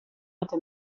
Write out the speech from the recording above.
hatte